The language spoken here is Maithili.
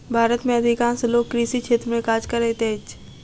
भारत में अधिकांश लोक कृषि क्षेत्र में काज करैत अछि